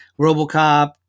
Robocop